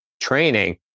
training